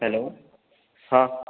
hello हँ